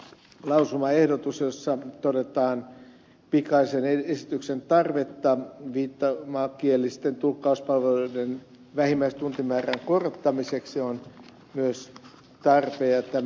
lausumaehdotus jossa todetaan pikaisen esityksen tarvetta viittomakielisten tulkkauspalveluiden vähimmäistuntimäärän korottamiseksi on myös tarpeen